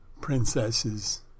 princesses